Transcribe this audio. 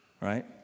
right